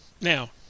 Now